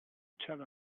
tell